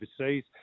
overseas